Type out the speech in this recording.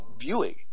viewing